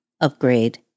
upgrade